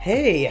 Hey